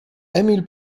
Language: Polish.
emil